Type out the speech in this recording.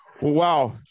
wow